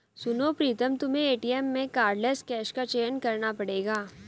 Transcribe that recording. सुनो प्रीतम तुम्हें एटीएम में कार्डलेस कैश का चयन करना पड़ेगा